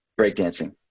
breakdancing